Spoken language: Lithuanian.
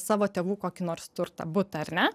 savo tėvų kokį nors turtą butą ar ne